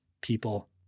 people